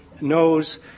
knows